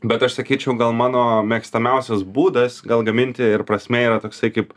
bet aš sakyčiau gal mano mėgstamiausias būdas gal gaminti ir prasmė yra toksai kaip